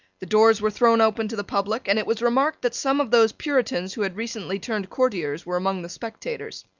the doors were thrown open to the public and it was remarked that some of those puritans who had recently turned courtiers were among the spectators.